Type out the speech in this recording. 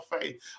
faith